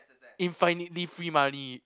infinitely free money